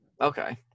okay